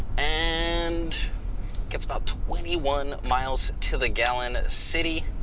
and gets about twenty one miles to the gallon city,